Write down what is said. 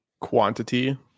quantity